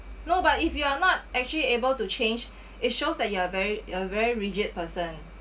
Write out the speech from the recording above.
no but if you are not actually able to change it shows that you are very uh very rigid person